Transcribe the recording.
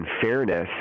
fairness